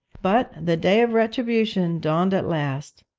but the day of retribution dawned at last.